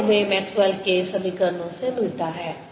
यह हमें मैक्सवेल के समीकरणों Maxwell's equations से मिलता है